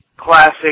Classic